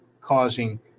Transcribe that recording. causing